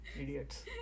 idiots